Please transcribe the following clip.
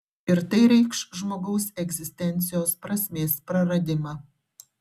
ir tai reikš žmogaus egzistencijos prasmės praradimą